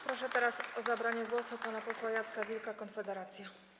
Proszę teraz o zabranie głosu pana posła Jacka Wilka, Konfederacja.